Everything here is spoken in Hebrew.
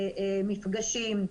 מפגשים,